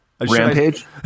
Rampage